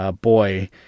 boy